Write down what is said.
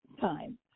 time